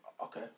Okay